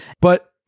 But-